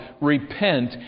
Repent